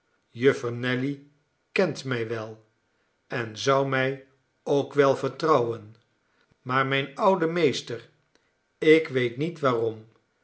juffer nelly kent mij wel en zou mij ook wel vertrouwen maar mijn oude meester ik weet niet waarom